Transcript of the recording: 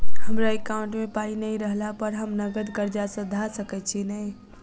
हमरा एकाउंट मे पाई नै रहला पर हम नगद कर्जा सधा सकैत छी नै?